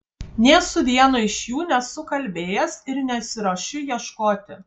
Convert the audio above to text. nė su vienu iš jų nesu kalbėjęs ir nesiruošiu ieškoti